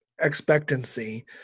expectancy